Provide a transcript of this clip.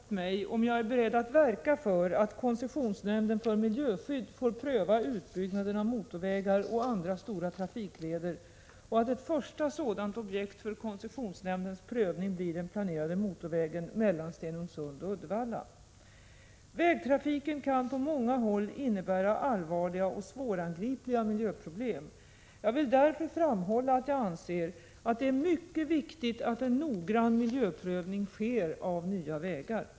Fru talman! Elving Andersson har frågat mig om jag är beredd att verka för att koncessionsnämnden för miljöskydd får pröva utbyggnaden av motorvä gar och andra stora trafikleder och att ett första sådant objekt för koncessionsnämndens prövning blir den planerade motorvägen mellan Stenungsund och Uddevalla. Vägtrafiken kan på många håll innebära allvarliga och svårangripbara miljöproblem. Jag vill därför framhålla att jag anser att det är mycket viktigt att en noggrann miljöprövning sker av nya vägar.